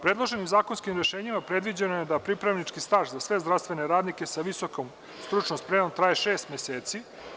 Predloženim zakonskim rešenjima predviđeno je da pripravnički staž za sve zdravstvene radnike sa visokom stručnom spremom traje šest meseci.